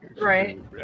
Right